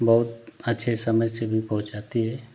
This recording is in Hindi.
बहुत अच्छे समय से भी पहुँचाती है